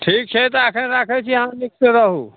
ठीक छै तऽ एखन राखैत छी अहाँ नीकसँ रहू